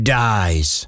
dies